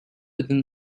within